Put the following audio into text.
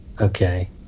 Okay